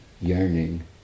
yearning